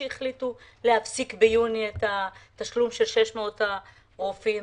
שביוני החליטו להפסיק את התשלום של 600 הרופאים